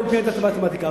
לאולימפיאדה במתמטיקה,